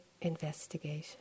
investigation